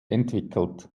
entwickelt